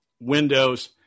Windows